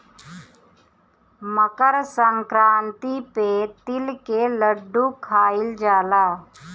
मकरसंक्रांति पे तिल के लड्डू खाइल जाला